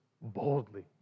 boldly